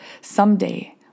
someday